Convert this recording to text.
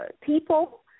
people